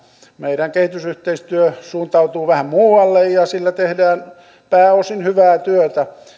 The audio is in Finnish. meidän kehitysyhteistyö suuntautuu vähän muualle ja sillä tehdään pääosin hyvää työtä